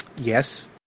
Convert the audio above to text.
yes